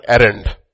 errand